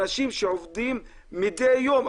אנשים שעובדים מדי יום,